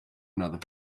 another